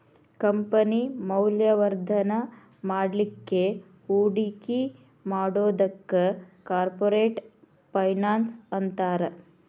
company ಮೌಲ್ಯವರ್ಧನ ಮಾಡ್ಲಿಕ್ಕೆ ಹೂಡಿಕಿ ಮಾಡೊದಕ್ಕ ಕಾರ್ಪೊರೆಟ್ ಫೈನಾನ್ಸ್ ಅಂತಾರ